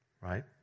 right